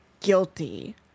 guilty